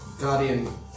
guardian